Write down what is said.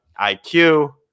IQ